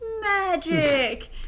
magic